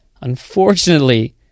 Unfortunately